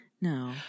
No